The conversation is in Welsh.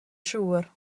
siŵr